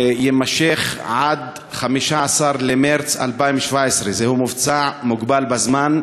ויימשך עד 15 במרס 2017. זהו מבצע מוגבל בזמן,